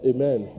Amen